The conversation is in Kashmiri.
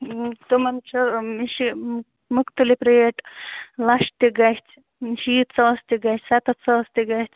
تِمن چھِ چھِ مُختَلِف ریٹ لچھ تہِ گَژھِ شیٖتھ ساس تہِ گَژھِ سَتَتھ ساس تہِ گَژھِ